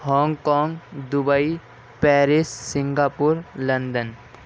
Hong Kong Dubai Paris Singapore London